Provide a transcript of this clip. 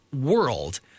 world